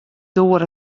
doar